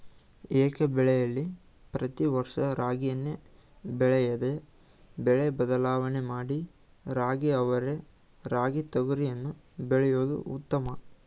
ಏಕಬೆಳೆಲಿ ಪ್ರತಿ ವರ್ಷ ರಾಗಿಯನ್ನೇ ಬೆಳೆಯದೆ ಬೆಳೆ ಬದಲಾವಣೆ ಮಾಡಿ ರಾಗಿ ಅವರೆ ರಾಗಿ ತೊಗರಿಯನ್ನು ಬೆಳೆಯೋದು ಉತ್ತಮ